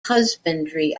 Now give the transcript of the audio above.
husbandry